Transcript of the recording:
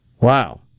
wow